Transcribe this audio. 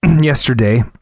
yesterday